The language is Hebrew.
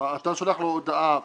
אתה שולח לו הודעה...